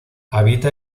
habita